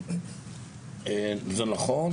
זה נכון.